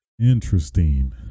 interesting